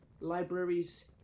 Libraries